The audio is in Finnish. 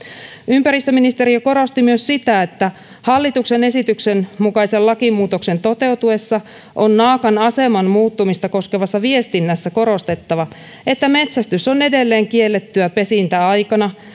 ympäristöministeriö korosti myös sitä että hallituksen esityksen mukaisen lakimuutoksen toteutuessa on naakan aseman muuttumista koskevassa viestinnässä korostettava että metsästys on edelleen kiellettyä pesintäaikana